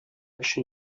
өчен